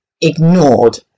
ignored